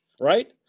right